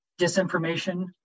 disinformation